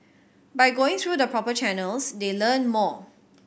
by going through the proper channels they learn more